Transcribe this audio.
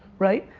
right?